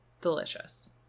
delicious